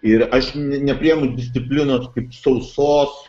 ir aš nepriimu disciplinos kaip sausos